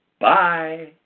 Bye